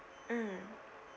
mm